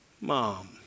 mom